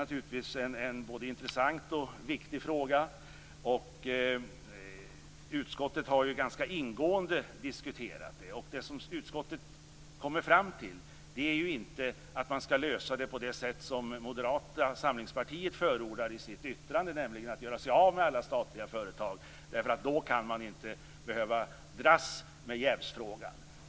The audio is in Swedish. Jävsfrågan är en intressant och viktig fråga. Utskottet har diskuterat frågan ganska ingående. Utskottet har kommit fram till att frågan inte skall lösas på det sätt som Moderata samlingspartiet förordar i sitt yttrande, nämligen att göra sig av med alla statliga företag - då behöver man inte dras med jävsfrågan.